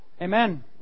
Amen